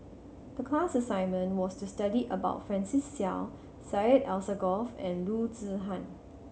the class assignment was to study about Francis Seow Syed Alsagoff and Loo Zihan